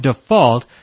default